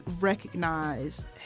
recognize